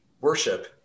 worship